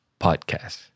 podcast